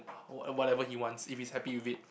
oh and whatever he wants if he's happy with it